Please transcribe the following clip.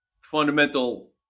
fundamental